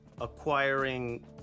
acquiring